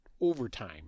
overtime